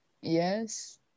Yes